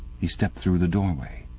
he stepped through the doorway.